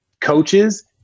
coaches